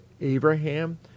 Abraham